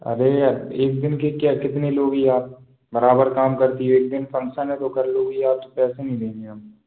अरे यार एक दिन के क्या कितने लोगी आप बराबर काम करती हो एक दिन फंक्सन है तो कर लोगी आप पैसे नहीं देंगे हम